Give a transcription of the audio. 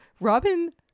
Robin